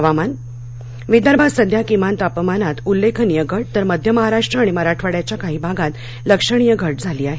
हवामान विदर्भात सध्या किमान तापमानात उल्लेखनीय घट तर मध्य महाराष्ट्र आणि मराठवाड्याच्या काही भागात लक्षणीय घट झाली आहे